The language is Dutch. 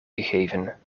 gegeven